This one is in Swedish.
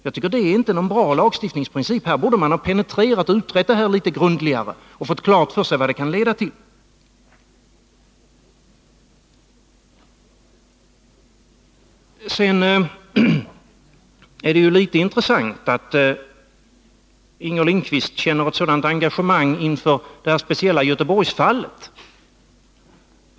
Det tycker jag inte är en bra lagstiftningsprincip. Man borde ha penetrerat och utrett saken grundligare samt därmed fått klart för sig vad lagändringen kan leda till. Det är intressant att Inger Lindquist känner ett sådant engagemang för det speciella Göteborgsfallet.